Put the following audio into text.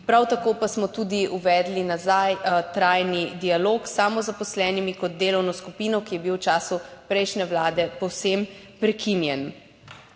Prav tako pa smo tudi uvedli nazaj trajni dialog s samozaposlenimi kot delovno skupino, ki je bil v času prejšnje vlade povsem prekinjen.